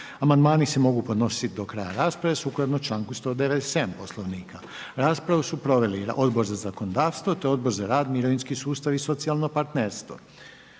Amandmani se mogu podnositi do kraja rasprave sukladno članku 197. Poslovnika. Raspravu su proveli Odbor za zakonodavstvo te Odbor za rad, mirovinski sustav i socijalno partnerstvo.